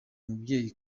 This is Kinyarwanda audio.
umubyeyi